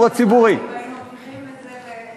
הרבה הרבה שנים של סבל, של מצוקה,